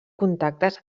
contactes